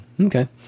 Okay